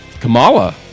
Kamala